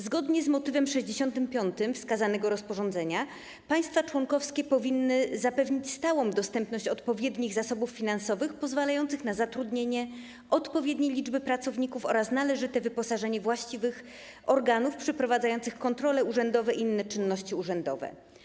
Zgodnie z motywem 65. wskazanego rozporządzenia państwa członkowskie powinny zapewnić stałą dostępność odpowiednich zasobów finansowych pozwalających na zatrudnienie odpowiedniej liczby pracowników oraz należyte wyposażenie właściwych organów przeprowadzających kontrole urzędowe i inne czynności urzędowe.